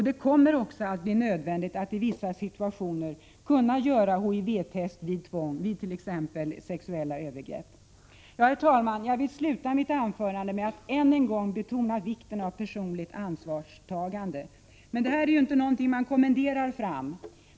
Det kommer också att bli nödvändigt att i vissa situationer göra HIV-test vid tvångsomhändertaganden, t.ex. när det gäller sexuella övergrepp. Herr talman! Jag vill avsluta mitt anförande med att ännu en gång betona vikten av personligt ansvarstagande. Det här är inte något som man kommenderar fram.